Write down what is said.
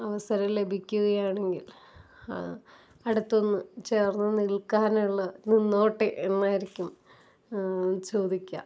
അവസരം ലഭിക്കുകയാണെങ്കില് അടുത്ത് നിന്ന് ചേര്ന്ന് നില്ക്കാനുള്ള നിന്നോട്ടെ എന്നായിരിക്കും ചോദിക്കുക